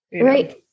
Right